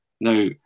Now